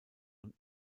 und